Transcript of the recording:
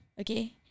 Okay